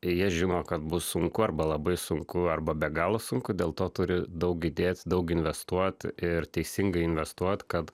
jie žino kad bus sunku arba labai sunku arba be galo sunku dėl to turi daug įdėti daug investuot ir teisingai investuot kad